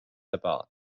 apart